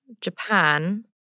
Japan